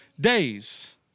days